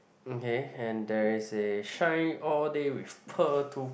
okay and there is a shine all day with pearl tooth